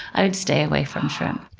i'd stay away from shrimp.